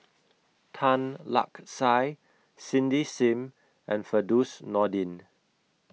Tan Lark Sye Cindy SIM and Firdaus Nordin